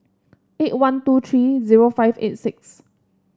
eight one two three zero five eight six